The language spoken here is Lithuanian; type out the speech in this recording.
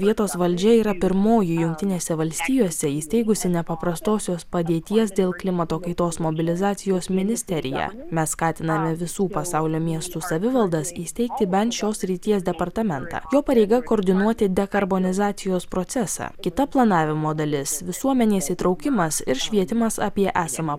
vietos valdžia yra pirmoji jungtinėse valstijose įsteigusi nepaprastosios padėties dėl klimato kaitos mobilizacijos ministeriją mes skatiname visų pasaulio miestų savivaldas įsteigti bent šios srities departamentą jo pareiga koordinuoti dekarbonizacijos procesą kita planavimo dalis visuomenės įtraukimas ir švietimas apie esamą